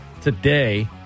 Today